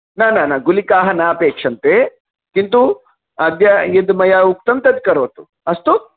न न न गुलिकाः न अपेक्षन्ते किन्तु अद्य यत् मया उक्तं तत् करोतु अस्तु